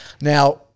now